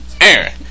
Aaron